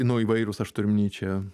nu įvairūs aš turiu omeny čia